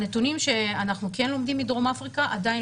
הנתונים שאנחנו כן לומדים מדרום אפריקה עדיין